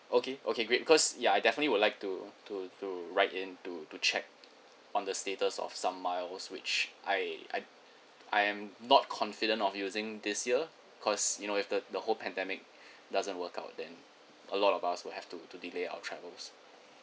okay okay great cause ya I definitely would like to to to write in to to check on the status of some miles which I I I am not confident of using this year cause you know if the the whole pandemic doesn't work out then a lot of us will have to to delay our travels